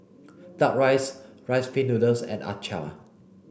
duck rice rice pin noodles and Acar